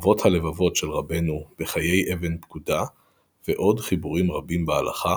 חובות הלבבות של רבינו בחיי אבן פקודה ועוד חיבורים רבים בהלכה,